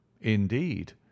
indeed